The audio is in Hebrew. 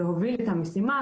להוביל את המשימה,